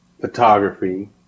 photography